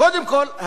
קודם כול,